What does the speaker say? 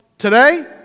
Today